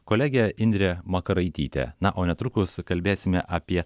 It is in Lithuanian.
kolegė indrė makaraitytė na o netrukus kalbėsime apie